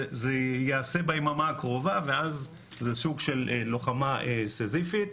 זה ייעשה ביממה הקרובה ואז זה סוג של לוחמה סיזיפית,